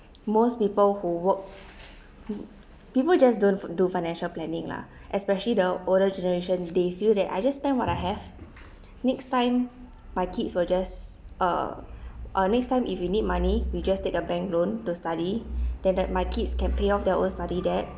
most people who work people just don't do financial planning lah especially the older generation they feel that I just spend what I have next time my kids will just uh uh next time if you need money you just take a bank loan to study than that my kids can pay off their own study debt